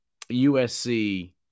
USC